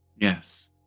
Yes